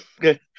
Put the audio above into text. Good